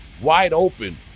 wide-open